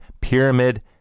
pyramid